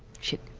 shit